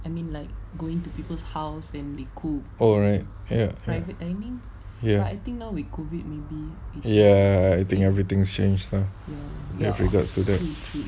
alright yes yes everything's changed now